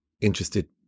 interested